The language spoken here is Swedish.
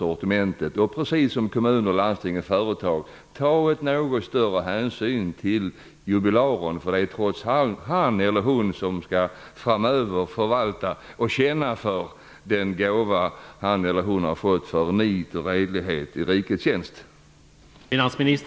Precis som kommuner, landsting och företag kan staten då ta litet större hänsyn till jubilaren. Det är trots allt han eller hon som framöver skall förvalta och känna för den gåva han eller hon har fått för nit och redlighet i rikets tjänst.